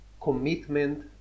commitment